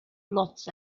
blots